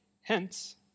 Hence